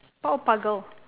power puff girl